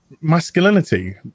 masculinity